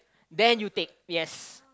then you take yes